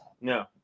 No